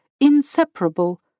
inseparable